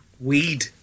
Weed